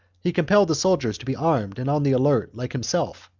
he compelled the soldiers to be armed and on the alert like himself,